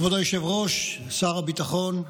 כבוד היושב-ראש, שר הביטחון,